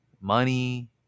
money